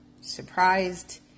surprised